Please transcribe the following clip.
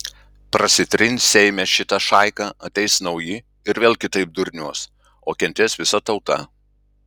prasitrins seime šita šaika ateis nauji ir vėl kitaip durniuos o kentės visa tauta